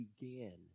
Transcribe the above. began